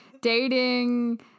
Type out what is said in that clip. dating